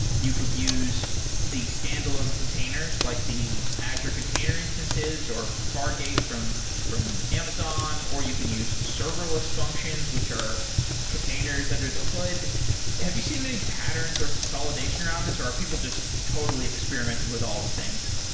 you could use the standalone containers like the azure container instances or far gate from from amazon or you can use serverless functions, which are containers under the hood have you seen any patterns or consolidation around this or are people just totally experimenting with all the things?